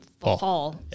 fall